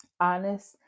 honest